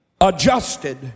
adjusted